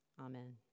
Amen